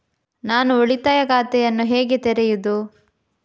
ನಾನು ಉಳಿತಾಯ ಖಾತೆಯನ್ನು ಹೇಗೆ ತೆರೆಯುದು?